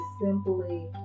simply